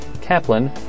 Kaplan